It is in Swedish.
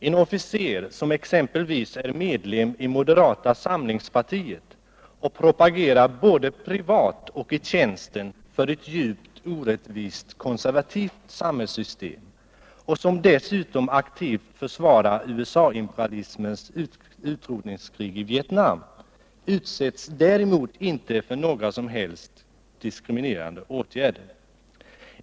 En officer som exempelvis är medlem i moderata samlingspartiet och propagerar både privat och i tjänsten för ett djupt orättvist konservativt samhällssystem och som dessutom aktivt försvarar USA-imperalismens utrotningskrig i Vietnam utsätts däremot inte för några som helst diskriminerande åtgärder.